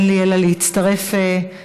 אין לי אלא להצטרף לדברייך.